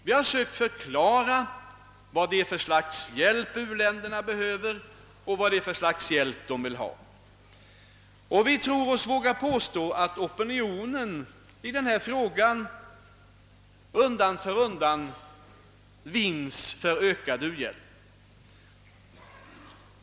Vi har försökt förklara vad det är för slags hjälp som u-länderna behöver — och vill ha. Vi tror oss våga påstå att opinionen undan för undan vinns för ökad u-hbjälp.